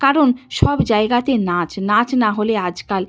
কারণ সব জায়গাতে নাচ নাচ না হলে আজকাল